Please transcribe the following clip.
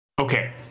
Okay